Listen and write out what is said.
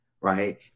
right